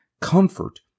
comfort